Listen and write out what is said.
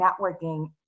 networking